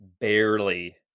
barely